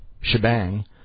shebang